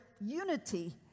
unity